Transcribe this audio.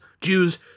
Jews